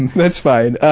that's fine.